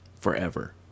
forever